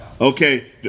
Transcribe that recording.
Okay